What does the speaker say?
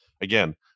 Again